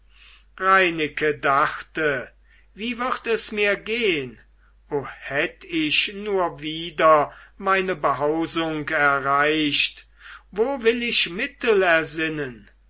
reineke dachte wie wird es mir gehn o hätt ich nur wieder meine behausung erreicht wo will ich mittel ersinnen